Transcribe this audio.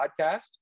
podcast